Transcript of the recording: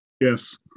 Yes